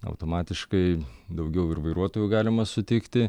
automatiškai daugiau ir vairuotojų galima sutikti